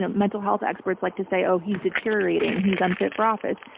and mental health experts like to say, oh, he's deteriorating, he's unfit for office.